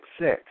sick